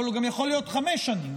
אבל הוא גם יכול להיות חמש שנים,